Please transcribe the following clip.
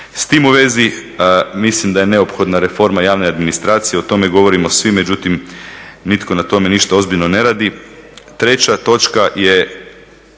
S tim u vezi mislim da je neophodna reforma javne administracije o tome govorimo svi, međutim nitko na tome ništa ozbiljno ne radi. Treća točka je